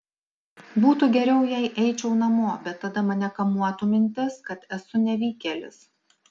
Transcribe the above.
būtų geriau jei eičiau namo bet tada mane kamuotų mintis kad esu nevykėlis